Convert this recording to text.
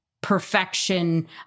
perfection